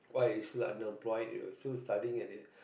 what is like employed you're still studying and it's